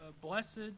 Blessed